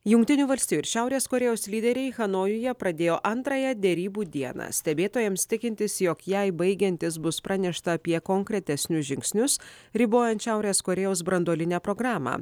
jungtinių valstijų ir šiaurės korėjos lyderiai hanojuje pradėjo antrąją derybų dieną stebėtojams tikintis jog jai baigiantis bus pranešta apie konkretesnius žingsnius ribojant šiaurės korėjos branduolinę programą